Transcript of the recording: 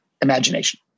imagination